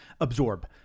Absorb